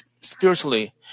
spiritually